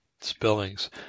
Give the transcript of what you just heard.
spellings